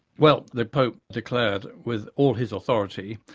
well the pope declared with all his authority,